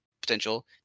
potential